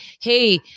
hey